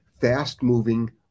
fast-moving